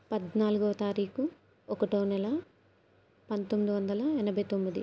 పద్నాలుగో తారీఖు ఒకటో నెల పంతొమ్మిది వందల ఎనభై తొమ్మిది